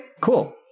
cool